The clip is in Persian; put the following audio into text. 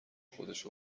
خودش